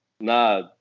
Nah